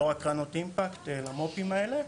לא רק קרנות אימפקט למו"פים האלה,